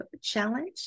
challenge